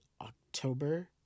October